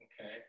Okay